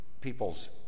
people's